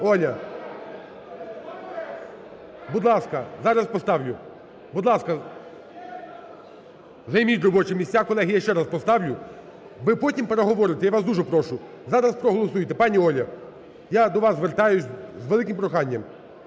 Оля! Будь ласка, зараз поставлю. Будь ласка, займіть робочі місця, колеги, я ще раз поставлю. Ви потім переговорите, я вас дуже прошу! Зараз проголосуйте. Пані Оля, я до вас звертаюсь з великими проханням.